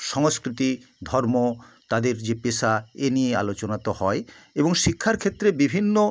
সংস্কৃতি ধর্ম তাদের যে পেশা এ নিয়ে আলোচনা তো হয় এবং শিক্ষার ক্ষেত্রে বিভিন্ন